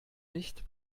nicht